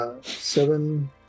Seven